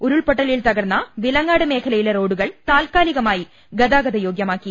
ഉരുൾപൊട്ടലിൽ തകർന്ന വിലങ്ങാട് മേഖലയിലെ റോഡുകൾ താത്കാലികമായി ഗതാഗത യോഗ്യമാക്കി